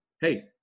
Hey